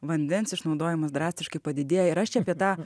vandens išnaudojimas drastiškai padidėja ir aš čia apie tą